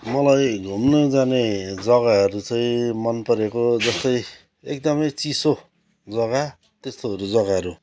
मलाई घुम्नु जाने जग्गाहरू चाहिँ मनपरेको जस्तै एकदमै चिसो जग्गा त्यस्तोहरू जग्गाहरू